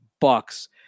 Bucks